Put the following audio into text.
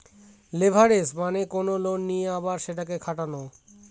leverage মানে কোনো loan নিয়ে আবার সেটাকে খাটানো